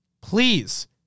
Please